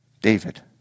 David